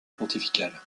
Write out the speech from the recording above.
pontificale